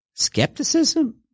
skepticism